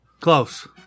Close